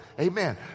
amen